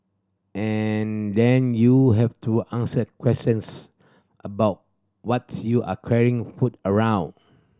and then you have to answer questions about what you are carrying food around